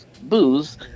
booze